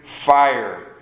fire